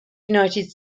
united